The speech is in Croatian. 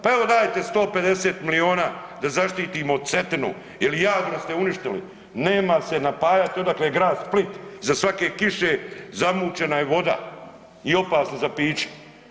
Pa evo dajte 150 miliona da zaštitimo Cetinu jer javno ste uništili, nema se napajati odakle grad Split, za svake kiše zamućena je voda i opasna za piće.